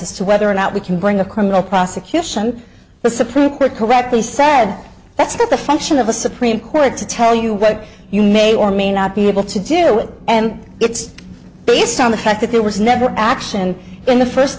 as to whether or not we can bring a criminal prosecution the supreme court correctly said that's not the function of a supreme court to tell you what you may or may not be able to do it and it's based on the fact that there was never action in the first